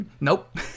Nope